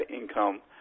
income